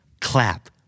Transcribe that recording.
clap